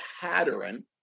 pattern